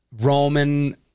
Roman